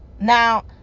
now